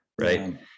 right